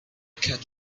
cat